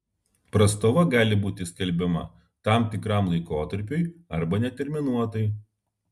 prastova gali būti skelbiama tam tikram laikotarpiui arba neterminuotai